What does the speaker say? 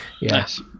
Yes